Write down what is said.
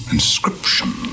Inscription